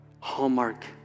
hallmark